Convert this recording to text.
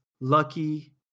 Lucky